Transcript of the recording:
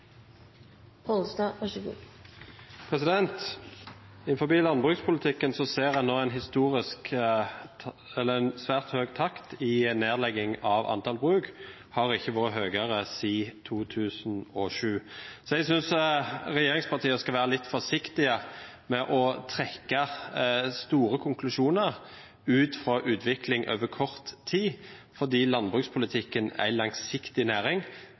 landbrukspolitikken ser en nå en svært høy takt i nedleggingen av antall bruk. Det har ikke vært høyere siden 2007. Så jeg synes regjeringspartiene skal være litt forsiktige med å trekke store konklusjoner ut fra utviklingen over kort tid, fordi landbruksnæringen er en langsiktig næring,